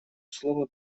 слово